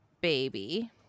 baby